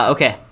Okay